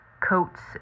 coats